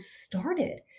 started